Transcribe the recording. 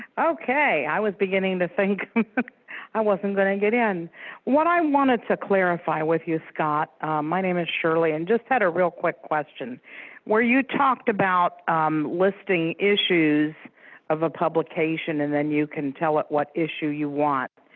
ok i was beginning to think i wasn't going to get in what i wanted to clarify with you scott my name is shirley and just had a real quick question where you talked about listing issues of publication and then you can tell it what issue you want,